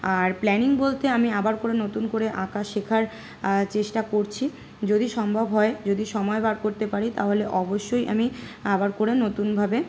আর planning বলতে আমি আবার করে নতুন করে আঁকা শেখার চেষ্টা করছি যদি সম্ভব হয় যদি সময় বার করতে পারি তাহলে অবশ্যই আমি আবার করে নতুনভাবে